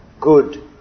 good